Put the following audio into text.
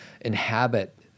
inhabit